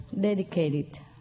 dedicated